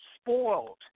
spoiled